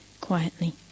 quietly